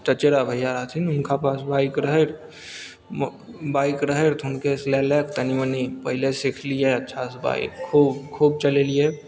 चचेरा भैया रहथिन हुनका पास बाइक रहय म बाइक रहय तऽ हुनकेसँ लए लए कऽ तनी मनी पहिले सीखलियै अच्छासँ बाइक खूब खूब चलेलियै